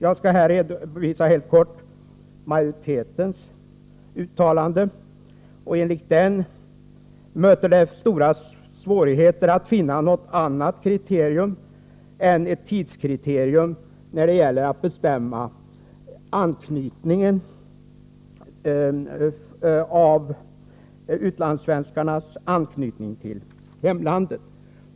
Jag skall här helt kort redovisa majoritetens uppfattning. Enligt den möter det stora svårigheter att finna något annat kriterium än ett tidskriterium när det gäller att bestämma utlandssvenskarnas anknytning till hemlandet.